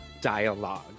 dialogue